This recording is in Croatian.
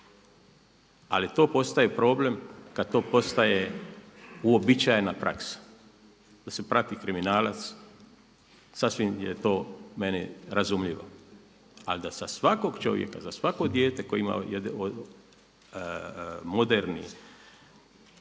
ali to postaje problem kada to postaje uobičajena praksa da se prati kriminalac sasvim je to meni razumljivo ali da za svakog čovjeka, za svako dijete koje ima moderni,